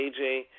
AJ